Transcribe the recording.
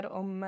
om